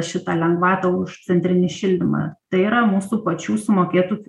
šitą lengvatą už centrinį šildymą tai yra mūsų pačių sumokėtų